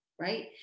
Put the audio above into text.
right